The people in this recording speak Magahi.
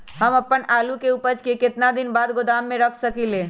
हम अपन आलू के ऊपज के केतना दिन बाद गोदाम में रख सकींले?